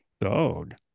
Dog